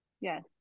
Yes